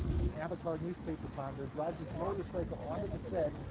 an avatar newspaper founder, drives his motorcycle onto the set,